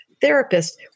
therapist